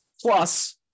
Plus